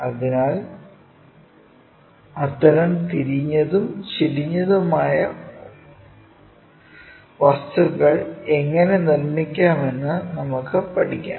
അതിനാൽ അത്തരം തിരിഞ്ഞതും ചെരിഞ്ഞതുമായ തരം വസ്തുക്കൾ എങ്ങനെ നിർമ്മിക്കാമെന്ന് നമുക്ക് പഠിക്കാം